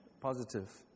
positive